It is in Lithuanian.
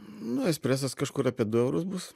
nu espresas kažkur apie du eurus bus